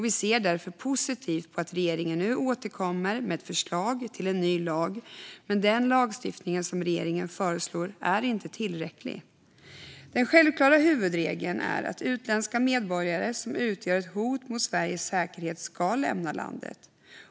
Vi ser därför positivt på att regeringen nu återkommer med ett förslag till en ny lag, men den lagstiftning som regeringen föreslår är inte tillräcklig. Den självklara huvudregeln är att utländska medborgare som utgör ett hot mot Sveriges säkerhet ska lämna landet.